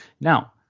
now